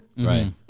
Right